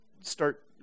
start